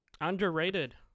underrated